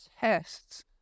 tests